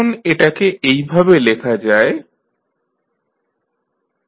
এখন এটাকে এইভাবে লেখা যায় HsCadj